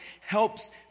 helps